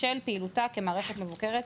בשל פעילותה כמערכת מבוקרת,